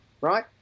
right